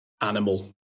animal